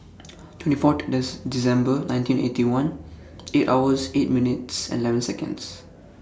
twenty four December nineteen Eighty One eight hours eight minutes eleven Seconds